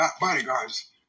bodyguards